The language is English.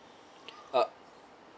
uh